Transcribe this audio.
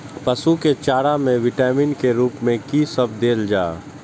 पशु के चारा में विटामिन के रूप में कि सब देल जा?